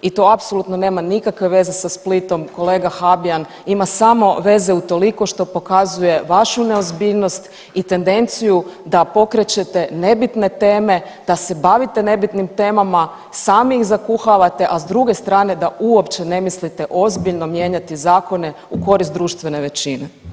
I to apsolutno nema nikakve veza sa Splitom kolega Habijan, ima samo veze utoliko što pokazuje vašu neozbiljnost i tendenciju da pokrećete nebitne teme, da se bavite nebitnim temama, sami ih zakuhavate, a s druge strane da uopće ne mislite ozbiljno mijenjati zakone u korist društvene većine.